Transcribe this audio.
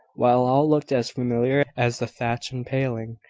while all looked as familiar as the thatch and paling,